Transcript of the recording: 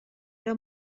era